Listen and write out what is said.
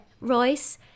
Royce